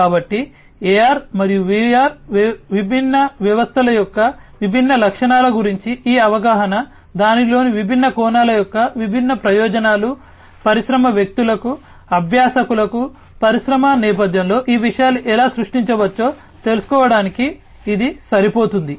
కాబట్టి AR మరియు VR వ్యవస్థల యొక్క విభిన్న లక్షణాల గురించి ఈ అవగాహన దానిలోని విభిన్న కోణాల యొక్క వివిధ ప్రయోజనాలు పరిశ్రమ వ్యక్తులకు అభ్యాసకులకు పరిశ్రమల నేపధ్యంలో ఈ విషయాలు ఎలా సృష్టించవచ్చో తెలుసుకోవటానికి ఇది సరిపోతుంది